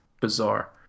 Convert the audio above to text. bizarre